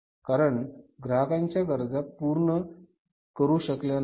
कारण ग्राहकांच्या गरजा पूर्ण करू शकल्या नाहीत